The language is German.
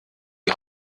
die